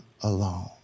alone